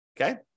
okay